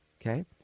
Okay